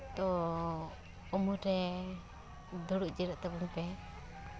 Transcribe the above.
ᱛᱳ ᱩᱢᱩᱞ ᱨᱮ ᱫᱩᱲᱩᱵ ᱡᱤᱨᱟᱹᱜ ᱛᱟᱵᱚᱱ ᱯᱮ